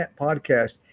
podcast